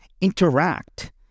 interact